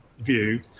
view